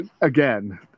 Again